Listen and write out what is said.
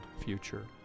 future